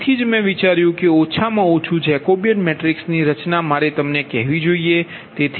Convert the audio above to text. તેથી જ મેં વિચાર્યું કે ઓછામાં ઓછું જેકોબીયન મેટ્રિક્સની રચના મારે તમને કહેવી જોઈએ